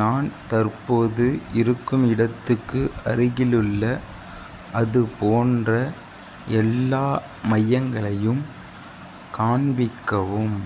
நான் தற்போது இருக்கும் இடத்துக்கு அருகிலுள்ள அதுபோன்ற எல்லா மையங்களையும் காண்பிக்கவும்